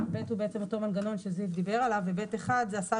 אבל (ב) הוא בעצם אותו מנגנון שזיו דיבר עליו וב(1) זה: "השר